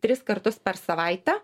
tris kartus per savaitę